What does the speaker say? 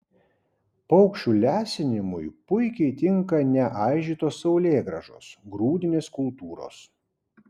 paukščių lesinimui puikiai tinka neaižytos saulėgrąžos grūdinės kultūros